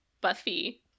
buffy